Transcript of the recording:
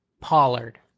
Pollard